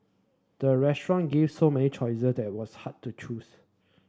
the restaurant gave so many choices that was hard to choose